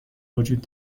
وجود